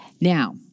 Now